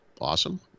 awesome